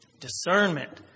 Discernment